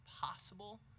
possible